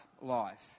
life